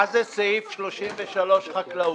מה זה סעיף 33 חקלאות?